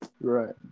Right